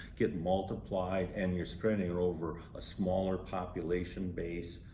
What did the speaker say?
get multiplied. and you're spreading over a smaller population base.